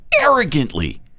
arrogantly